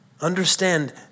Understand